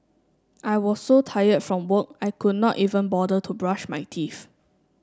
I was so tired from work I could not even bother to brush my teeth